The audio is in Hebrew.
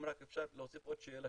אם רק אפשר להוסיף עוד שאלה,